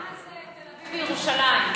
תל אביב וירושלים.